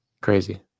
crazy